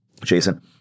Jason